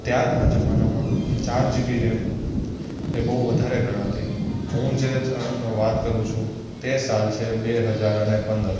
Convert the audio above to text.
ત્યારના જમાનામાં ચાર જીબી રેમ એ બહુ વધારે વધારે ગણાતી હું જે સાલનો વાત કરું છું તે સાલ છે બે હજાર અને પંદર